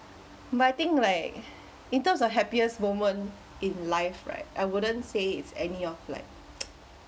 but I think like in terms of happiest moment in life right I wouldn't say it's any of like